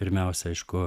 pirmiausia aišku